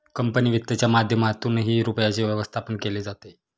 company वित्तच्या माध्यमातूनही रुपयाचे व्यवस्थापन केले जाते